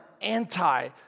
anti